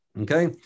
Okay